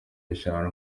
eshatu